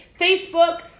Facebook